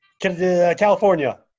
California